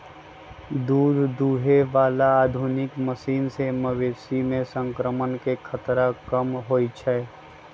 दूध दुहे बला आधुनिक मशीन से मवेशी में संक्रमण के खतरा कम होई छै